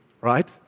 right